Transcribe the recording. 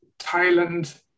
Thailand